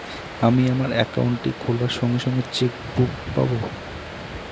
আমি আমার একাউন্টটি খোলার সঙ্গে সঙ্গে চেক বুক পাবো?